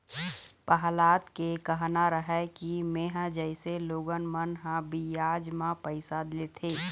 पहलाद के कहना रहय कि मेंहा जइसे लोगन मन ह बियाज म पइसा लेथे,